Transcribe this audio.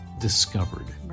discovered